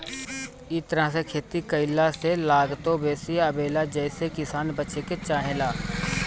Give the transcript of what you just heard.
इ तरह से खेती कईला से लागतो बेसी आवेला जेसे किसान बचे के चाहेला